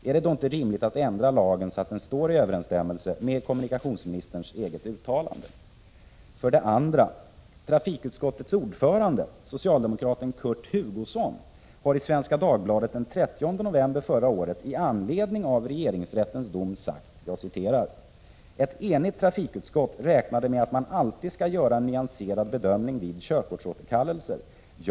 Är det då inte rimligt att ändra lagen så att den står i överensstämmelse med kommunikationsministerns eget uttalande? För det andra: Trafikutskottets ordförande, socialdemokraten Kurt Hugosson, har i Svenska Dagbladet den 30 november förra året i anledning av regeringsrättens dom sagt: ”Ett enigt trafikutskott räknade med att man alltid skall göra en nyanserad bedömning vid körkortsåterkallelser.